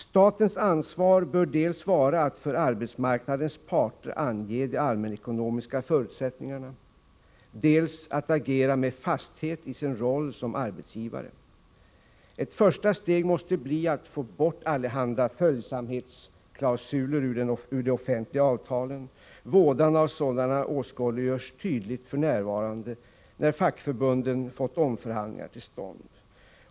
Statens ansvar bör vara dels att för arbetsmarknadens parter ange de allmänekonomiska förutsättningarna, dels att agera med fasthet i sin roll som arbetsgivare. Ett första steg måste bli att få bort allehanda följsamhetsklausuler ur de offentliga avtalen. Vådan av sådana åskådliggörs tydligt f.n. då fackförbunden fått omförhandlingar till stånd.